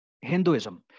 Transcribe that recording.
Hinduism